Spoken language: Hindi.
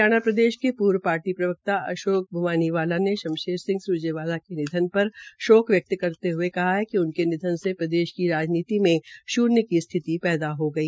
हरियाण के पूर्व पार्टी प्रवक्ता अशोक बानीवाला ने शमशेर सिंह सुरजेवाला के निधन पर शोक व्यक्त करते हये कहा कि उनके निधन से प्रदेश की राजनीति में श्न्य की स्थिति पैदा हो गई